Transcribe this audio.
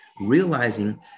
Realizing